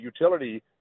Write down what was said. utility